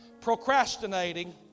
procrastinating